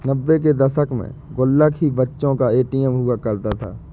नब्बे के दशक में गुल्लक ही बच्चों का ए.टी.एम हुआ करता था